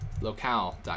Locale